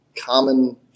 common